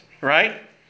right